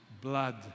blood